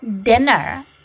dinner